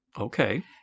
Okay